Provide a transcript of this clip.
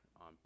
on